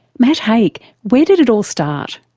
matt haig, where did it all start?